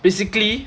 basically